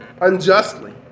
unjustly